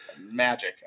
magic